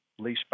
leaseback